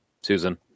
susan